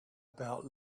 about